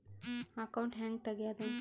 Account ಹ್ಯಾಂಗ ತೆಗ್ಯಾದು?